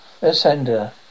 Ascender